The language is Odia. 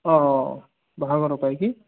ହଁ ହଁ ବାହାଘର ପାଇଁ କି